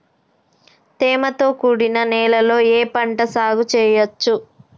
తేమతో కూడిన నేలలో ఏ పంట సాగు చేయచ్చు?